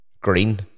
green